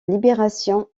libération